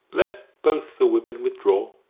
let both the women withdraw.